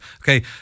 Okay